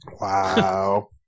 Wow